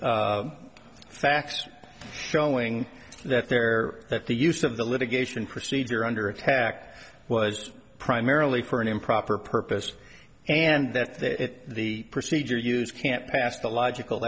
facts showing that there that the use of the litigation procedure under attack was primarily for an improper purpose and that the procedure use can't pass the logical